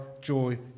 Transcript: joy